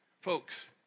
Folks